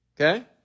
Okay